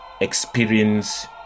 experience